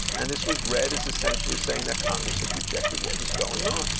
and this was read as essentially saying that congress had rejected what was going on,